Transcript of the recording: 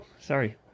sorry